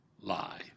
lie